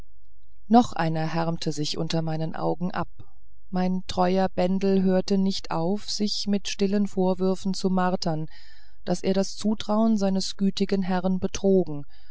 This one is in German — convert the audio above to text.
noch einer härmte sich unter meinen augen ab mein treuer bendel hörte nicht auf sich mit stillen vorwürfen zu martern daß er das zutrauen seines gütigen herrn betrogen